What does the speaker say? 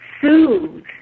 soothe